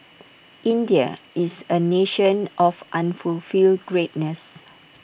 India is A nation of unfulfilled greatness